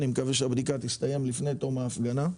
אני מקווה שהבדיקה תסתיים לפני תום ההפגנה.